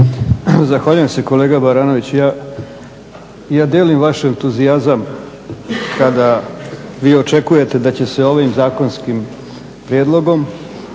Zahvaljujem se. Kolega Baranović ja dijelim vaš entuzijazam kada vi očekujete da će se ovim zakonskim prijedlogom